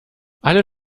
alle